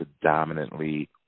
predominantly